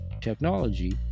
technology